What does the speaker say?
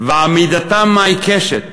ועמידתם העיקשת